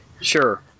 Sure